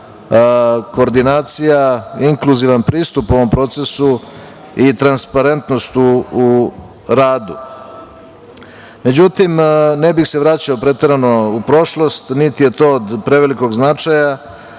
koordinacija, inkluzivan pristup ovom procesu i transparentnost u radu. Međutim, ne bih se vraćao preterano u prošlost, niti je to od prevelikog značaja,